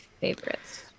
favorites